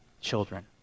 children